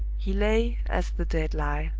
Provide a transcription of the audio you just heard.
he lay as the dead lie,